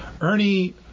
Ernie